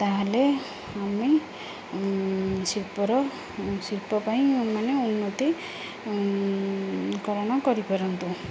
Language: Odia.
ତା'ହେଲେ ଆମେ ଶିଳ୍ପର ଶିଳ୍ପ ପାଇଁ ମାନେ ଉନ୍ନତିକରଣ କରିପାରନ୍ତୁ